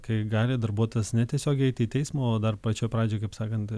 kai gali darbuotojas netiesiogiai tai teismo dar pačioj pradžioj kaip sakant